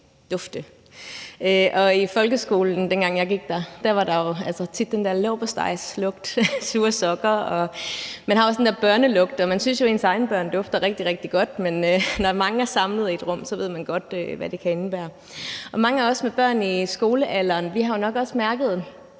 jeg gik i folkeskolen, var der jo altså tit den der lugt af leverpostej og af sure sokker, og man har også den her børnelugt. Man synes jo, at ens egne børn dufter rigtig, rigtig godt, men når mange er samlet i ét rum, så ved man godt, hvad det kan indebære. Og mange af os med børn i skolealderen har jo nok også mærket